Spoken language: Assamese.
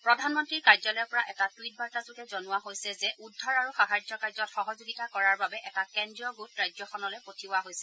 প্ৰধানমন্ত্ৰীৰ কাৰ্যালয়ৰ পৰা এটা টুইট বাৰ্তা যোগে জনোৱা হৈছে যে উদ্ধাৰ আৰু সাহায্য কাৰ্য্যত সহযোগিতা কৰাৰ বাবে এটা কেন্দ্ৰীয গোট ৰাজ্যখনলৈ পঠিওৱা হৈছে